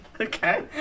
Okay